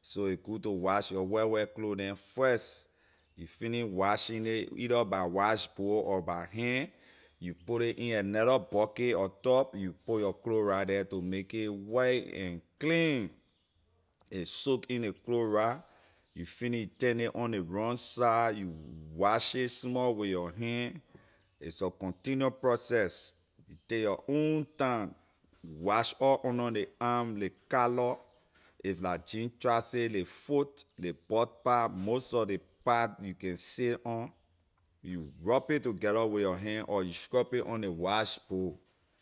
so a good to wash your white white clothes neh first you finish washing it either by wash board or by hand you put ley in another bucket or tub you put your chloride the to make it white and clean a soak in ley chloride you finish turn it on ley wrong side you wash it small with your hand it's a continual process take your own time wash all under ley arm ley calor if la jean trousay ley foot ley butt part most sor ley part you can sit on you rub it together with your hand or you scrub it on ley wash board